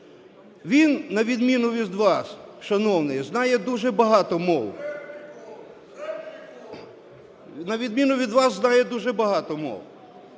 Він, на відміну від вас, шановний, знає дуже багато мов. (Шум у залі) На відміну від вас, знає дуже багато мов.